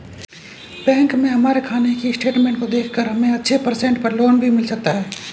bank में हमारे खाने की स्टेटमेंट को देखकर हमे अच्छे परसेंट पर लोन भी मिल सकता है